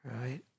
Right